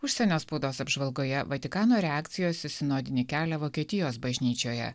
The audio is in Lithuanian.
užsienio spaudos apžvalgoje vatikano reakcijos į sinodinį kelią vokietijos bažnyčioje